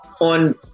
on